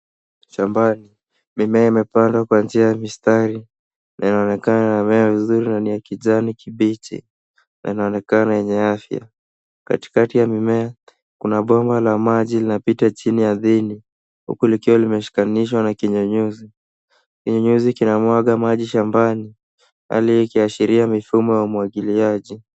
Shambani. mimea imepandwa kwa njia ya mistari inaonekana kumea vizuri ni ya kijana kibichi yanaonekana enye afya katika ya mimea kuna pomba la maji linapita jini aridhini huku likiwa limeshikanishwa na kinyanyusi. Inyanyusi inamwaga maji shambani hali io ikiashiria mfumo wa umwagiliaji.